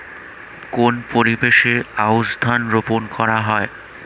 কোন পরিবেশে আউশ ধান রোপন করা হয়?